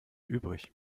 übrig